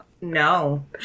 No